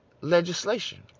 legislation